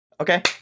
Okay